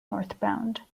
northbound